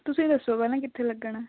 ਤੁਸੀਂ ਦੱਸੋ ਪਹਿਲਾਂ ਕਿੱਥੇ ਲੱਗਣਾ